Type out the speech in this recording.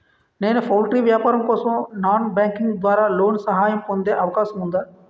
నేను పౌల్ట్రీ వ్యాపారం కోసం నాన్ బ్యాంకింగ్ ద్వారా లోన్ సహాయం పొందే అవకాశం ఉందా?